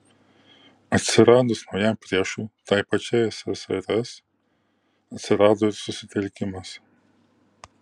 atsiradus naujam priešui tai pačiai ssrs atsirado ir susitelkimas